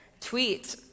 tweet